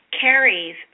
carries